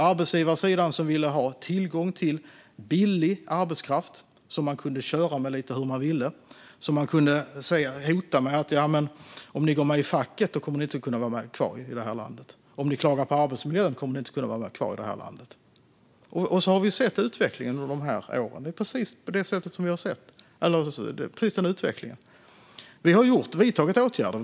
Arbetsgivarsidan ville ha tillgång till billig arbetskraft som man kunde köra med lite som man ville och kunde hota och säga: Om ni går med i facket kommer ni inte att kunna vara kvar i det här landet, och om ni klagar på arbetsmiljön kommer ni inte att kunna vara kvar i det här landet. Det är precis så vi har sett att utvecklingen har varit under de här åren. Vi har vidtagit åtgärder.